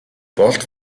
болд